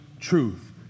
truth